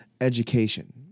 education